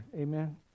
Amen